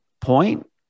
point